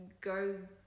go